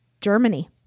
Germany